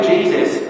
Jesus